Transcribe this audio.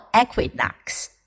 equinox